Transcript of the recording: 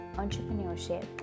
entrepreneurship